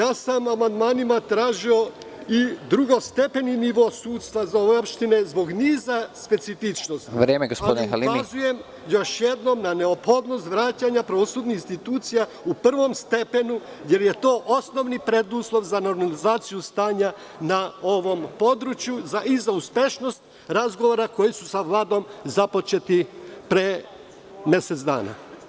Amandmanima sam tražio i drugostepeni nivo sudstva za ove opštine, zbog niza specifičnosti, ali ukazujem još jednom na neophodnost vraćanja pravosudnih institucija u prvom stepenu, jer je to osnovni preduslov za normalizaciju stanja na ovom području, i za uspešnost razgovora koji su sa Vladom započeti pre mesec dana.